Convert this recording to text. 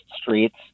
streets